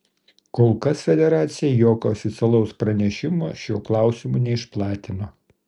kol kas federacija jokio oficialaus pranešimo šiuo klausimu neišplatino